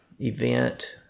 event